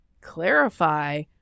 clarify